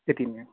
यति नै हो